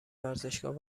ورزشکار